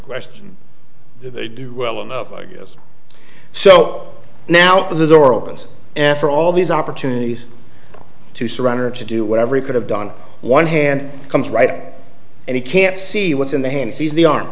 question they do well enough i guess so now the door opens and for all these opportunities to surrender to do whatever he could have done one hand comes right out and he can't see what's in the hands he's the